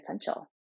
essential